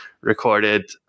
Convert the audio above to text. recorded